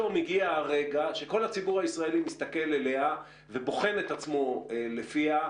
פתאום הגיע הרגע שכל הציבור הישראלי מסתכל אליה ובוחן את עצמו לפיה,